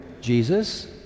Jesus